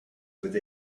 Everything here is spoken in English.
with